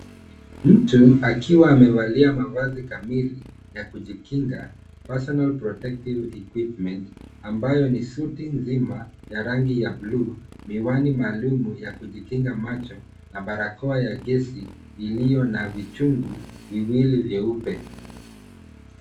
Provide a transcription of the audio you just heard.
Mtu akiwa amevalia mavazi kamili ya kujikinga, personal protective equipment . Ambayo ni suti nzima ya rangi ya buluu, miwani maalum ya kujikinga macho na barakoa ya gesi ilivyo na vichungi viwili vyeupe.